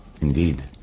Indeed